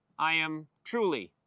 i am truly,